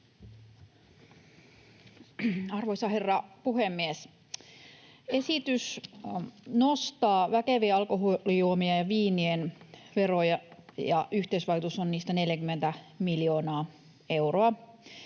Arvoisa herra puhemies! Esitys nostaa väkevien alkoholijuomien ja viinien veroja, ja yhteisvaikutus niistä on 40 miljoonaa euroa.